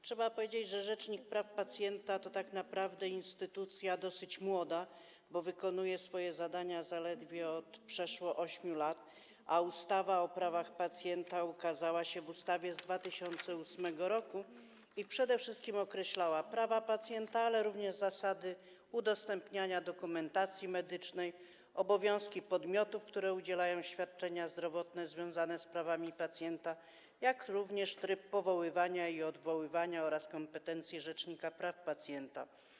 Trzeba powiedzieć, że rzecznik praw pacjenta to tak naprawdę instytucja dosyć młoda, bo wykonuje swoje zadania zaledwie od przeszło 8 lat, a ustawa o prawach pacjenta ukazała się w 2008 r. i przede wszystkim określała prawa pacjenta, ale również zasady udostępniania dokumentacji medycznej, obowiązki podmiotów, które udzielają świadczeń zdrowotnych, związane z prawami pacjenta, jak również tryb powoływania i odwoływania rzecznika praw pacjenta oraz jego kompetencje.